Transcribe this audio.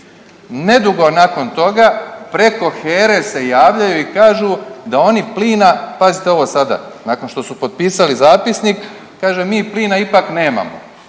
Nedugo nakon toga preko HERA-e se javljaju i kažu da oni plina, pazite ovo sada, nakon što su potpisali zapisnik, kaže mi plina ipak nemamo.